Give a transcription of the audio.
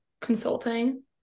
consulting